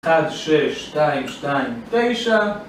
אחת, שש, שתיים, שתיים, תשע